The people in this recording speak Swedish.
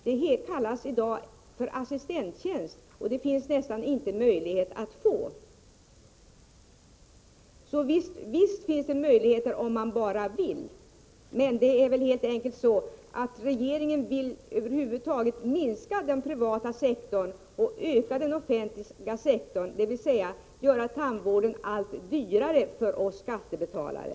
Det kallas i dag för assistenttjänst, och det finns nästan inte någon möjlighet att få en sådan. Om man bara vill finns det emellertid möjligheter, men det är väl helt enkelt så, att regeringen över huvud taget vill minska den privata sektorn och öka den offentliga, dvs. göra tandvården allt dyrare för oss skattebetalare.